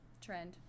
trend